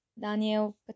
Daniel